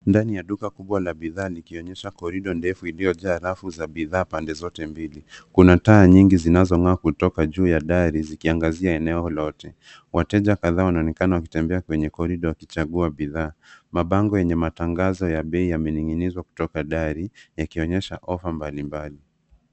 Ndani ya duka kubwa la bidhaa likionyesha korido refu iliyojaa rafu za bidhaa pande zote mbili. Kuna taa nyingi zinazong'aa kutoka juu ya dari zikiang'azia eneo lote. Wateja kadhaa wanaonekana wakitembea kwenye korido wakichagua bidhaa. Mabango yenye matangazo ya bei yamening'inizwa kwa dari, yakionyesha ofa mbalimbali.